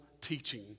teaching